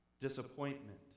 disappointment